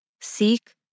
Seek